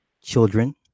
children